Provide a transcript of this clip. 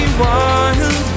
wild